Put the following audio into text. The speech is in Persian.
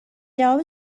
جواب